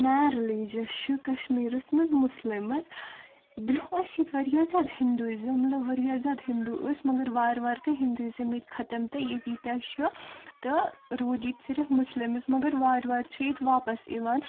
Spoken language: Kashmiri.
مین رلیٖجس چھِ کشمیٖرس منٛز مُسلِمٕز برٛونہہ ٲسۍ ییٚتہِ وارِیاہ زیادٕ ہِندُیزٕم مطلب وارِیاہ زیادٕ ہِندوٗ ٲسۍ مگر وارٕ وارٕ گٔے ہِندُیزٕم ییٚتہِ ختٕم تہٕ ییٚتہِ ییٖتیاہ چھ تہٕ روٗد ییٚتہِ صرف مُسلِمٕز مگر وارٕ وارٕ چھِ ییٚتہِ واپس یِوان